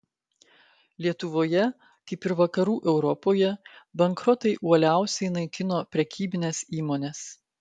lietuvoje kaip ir vakarų europoje bankrotai uoliausiai naikino prekybines įmones